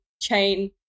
chain